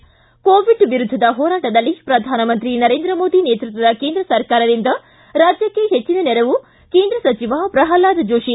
ಿ ಕೋವಿಡ್ ವಿರುದ್ದದ ಹೋರಾಟದಲ್ಲಿ ಪ್ರಧಾನಮಂತ್ರಿ ನರೇಂದ್ರ ಮೋದಿ ನೇತೃತ್ವದ ಕೇಂದ್ರ ಸರ್ಕಾರದಿಂದ ರಾಜ್ಯಕ್ಕೆ ಹೆಚ್ಚಿನ ನೆರವು ಕೇಂದ್ರ ಸಚಿವ ಪ್ರಹ್ಲಾದ್ ಜೋಶಿ